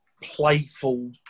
playful